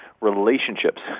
relationships